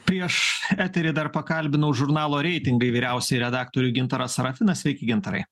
prieš eterį dar pakalbinau žurnalo reitingai vyriausiąjį redaktorių gintarą sarafiną sveiki gintarai